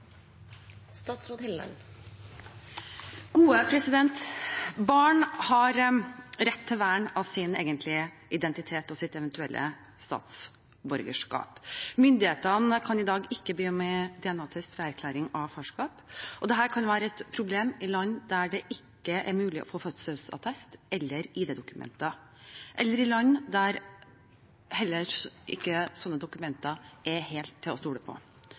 Barn har rett til vern av sin egentlige identitet og eventuelt sitt statsborgerskap. Myndighetene kan i dag ikke be om DNA-test ved erklæring av farskap, og dette kan være et problem i land der det ikke er mulig å få fødselsattest eller ID-dokumenter, eller i land der slike dokumenter heller ikke er helt til å stole på.